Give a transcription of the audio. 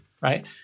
right